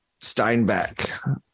Steinbeck